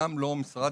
גם לא משרד,